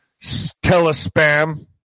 Telespam